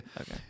okay